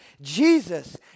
Jesus